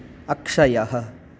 अक्षयः